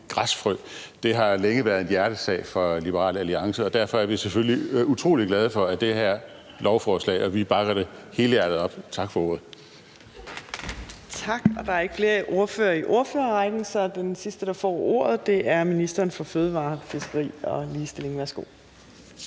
græsfrø, har længe været en hjertesag for Liberal Alliance, og derfor er vi selvfølgelig utrolig glade for det her lovforslag, og vi bakker det helhjertet op. Tak for ordet. Kl. 14:54 Fjerde næstformand (Trine Torp): Tak. Der er ikke flere ordførere i ordførerrækken, så den sidste, der får ordet, er ministeren for fødevarer, fiskeri og ligestilling. Værsgo.